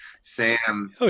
Sam